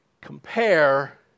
compare